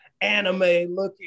anime-looking